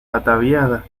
ataviadas